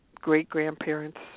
great-grandparents